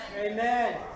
Amen